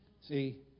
See